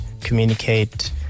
communicate